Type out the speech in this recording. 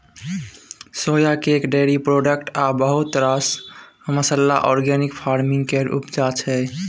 सोया cake, dairy product आ बहुत रास मसल्ला आर्गेनिक फार्मिंग केर उपजा छै